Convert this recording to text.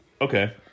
Okay